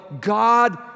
God